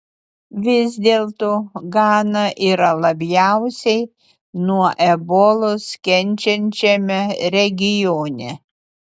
vis dėlto gana yra labiausiai nuo ebolos kenčiančiame regione